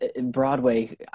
Broadway